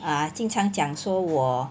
err 经常讲说我